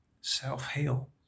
self-heal